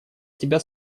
тебя